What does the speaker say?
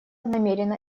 намерена